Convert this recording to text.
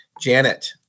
Janet